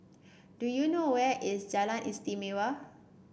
do you know where is Jalan Istimewa